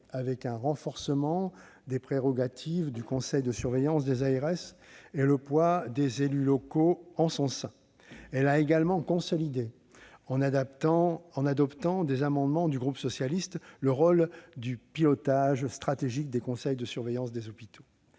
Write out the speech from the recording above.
avec un renforcement des prérogatives du conseil de surveillance des ARS et du poids des élus locaux en son sein. Elle a également consolidé, en adoptant des amendements du groupe socialiste, le rôle de pilotage stratégique des conseils de surveillance des hôpitaux.